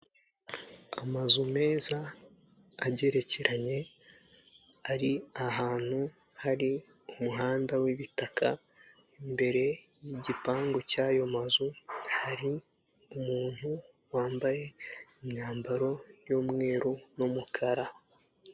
Amazu meza agerekeranye ari ahantu hari umuhanda w'ibitaka, imbere y'igipangu cy'ayo mazu hari umuntu wambaye imyambaro y'umweru n'umukara.